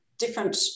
Different